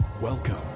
Welcome